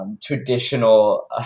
Traditional